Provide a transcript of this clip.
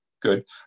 Good